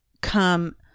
come